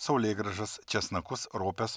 saulėgrąžas česnakus ropes